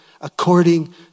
according